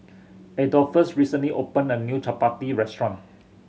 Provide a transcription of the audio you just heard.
Adolphus recently opened a new Chapati restaurant